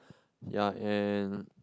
yea and